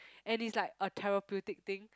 and it's like a therapeutic thing